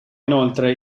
inoltre